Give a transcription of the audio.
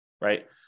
right